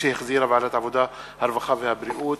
שהחזירה ועדת העבודה, הרווחה והבריאות.